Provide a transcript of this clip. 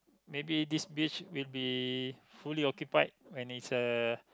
maybe this beach will be fully occupied when it's uh